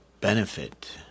benefit